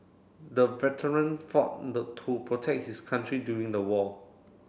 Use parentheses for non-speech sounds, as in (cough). the veteran fought (unintelligible) to protect his country during the war